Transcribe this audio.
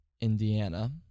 Indiana